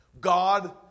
God